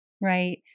right